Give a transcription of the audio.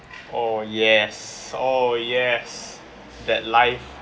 oh yes oh yes that life